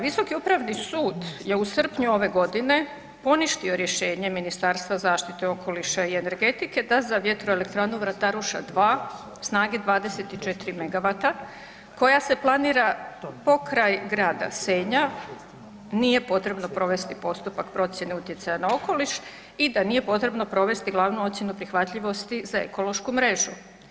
Visoki upravni sud je u srpnju ove godine poništio rješenje Ministarstva zaštite okoliša i energetike da za vjetroelektranu Vrataruša II snage 24 MW koja se planira pokraj grada Senja nije potrebno provesti postupak procijene utjecaja na okoliš i da nije potrebno provesti glavnu ocjenu prihvatljivosti za ekološku mrežu.